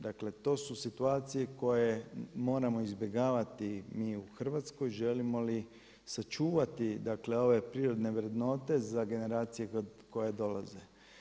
Dakle, to su situacije koje moramo izbjegavati mi u Hrvatskoj želimo li sačuvati, dakle ove prirodne vrednote za generacije koje dolaze.